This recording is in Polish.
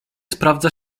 sprawdza